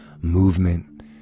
movement